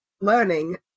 learning